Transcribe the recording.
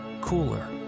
cooler